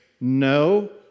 no